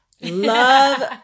love